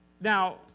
now